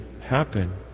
happen